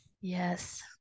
Yes